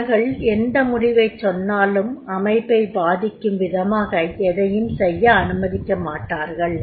அவர்கள் எந்த முடிவை சொன்னாலும் அமைப்பை பாதிக்கும் விதமாக எதையும் செய்ய அனுமதிக்கமாட்டார்கள்